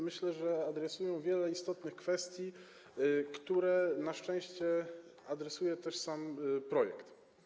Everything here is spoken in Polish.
Myślę, że one adresują wiele istotnych kwestii, które na szczęście adresuje też sam projekt.